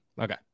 Okay